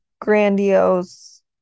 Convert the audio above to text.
grandiose